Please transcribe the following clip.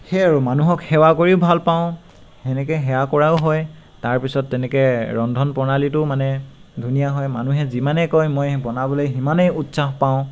সেয়ে আৰু মানুহক সেৱা কৰিও ভাল পাওঁ সেনেকৈ সেৱা কৰাও হয় তাৰপিছত তেনেকৈ ৰন্ধন প্ৰণালীটোও মানে ধুনীয়া হয় মানুহে যিমানে কয় মই বনাবলৈ সিমানে উৎসাহ পাওঁ